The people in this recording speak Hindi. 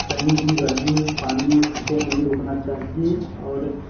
कहीं भी गढ़े में पानी को नहीं रोकना चाहिए और